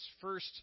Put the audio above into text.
first